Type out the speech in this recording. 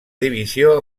divisió